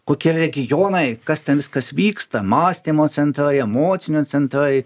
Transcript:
kokie regionai kas ten viskas vyksta mąstymo centrai emocinio centrai